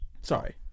Sorry